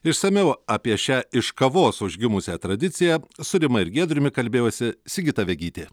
išsamiau apie šią iš kavos užgimusią tradiciją su rima ir giedriumi kalbėjosi sigita vegytė